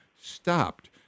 stopped